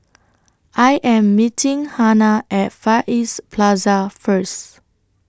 I Am meeting Hanna At Far East Plaza First